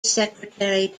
secretary